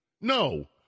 No